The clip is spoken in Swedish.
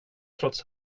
trots